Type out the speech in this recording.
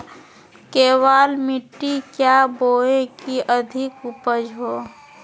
केबाल मिट्टी क्या बोए की अधिक उपज हो?